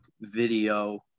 video